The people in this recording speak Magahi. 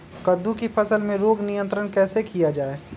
कददु की फसल में रोग नियंत्रण कैसे किया जाए?